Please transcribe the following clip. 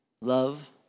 love